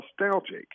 nostalgic